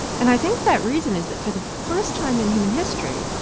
and i think that reason is that for the first time in human history,